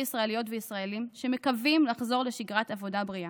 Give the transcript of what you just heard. ישראליות וישראלים שמקווים לחזור לשגרת עבודה בריאה.